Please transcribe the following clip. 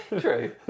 True